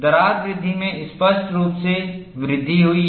दरार वृद्धि में स्पष्ट रूप से वृद्धि हुई है